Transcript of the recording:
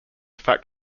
fact